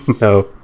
No